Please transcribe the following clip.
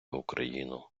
україну